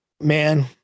man –